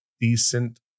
decent